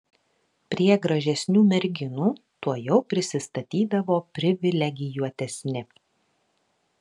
prie gražesnių merginų tuojau prisistatydavo privilegijuotesni